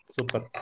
Super